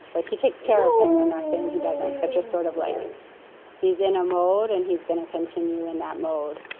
like he takes care of him. i'm not saying he doesn't, but just sort of like he's in a mode and he's going to continue in that mode.